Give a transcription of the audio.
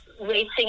racing